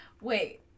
Wait